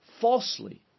falsely